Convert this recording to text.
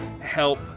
help